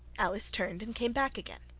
alice turned and came back again.